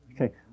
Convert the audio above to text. Okay